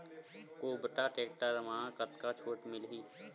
कुबटा टेक्टर म कतका छूट मिलही?